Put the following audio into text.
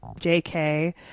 JK